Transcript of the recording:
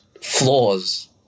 flaws